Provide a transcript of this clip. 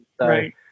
Right